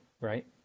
right